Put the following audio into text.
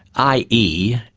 i. e.